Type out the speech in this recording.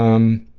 um,